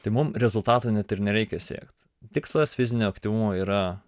tai mum rezultatų net ir nereikia siekt tikslas fizinio aktyvumo yra